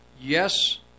yes